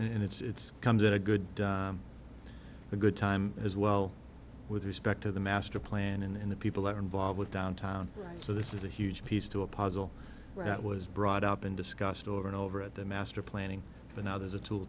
and it's comes at a good a good time as well with respect to the master plan and the people that are involved with downtown so this is a huge piece to a puzzle that was brought up and discussed over and over at the master planning but now there's a tool